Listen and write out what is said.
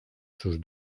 sus